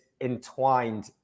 entwined